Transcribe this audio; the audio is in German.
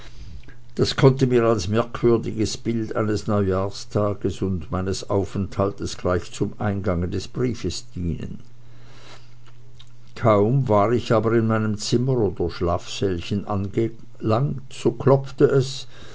das konnte mir als merkwürdiges bild eines neujahrstages und meines aufenthaltes gleich zum eingange des briefes dienen kaum war ich aber in meinem zimmer oder schlafsälchen angelangt so klopfte es